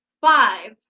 five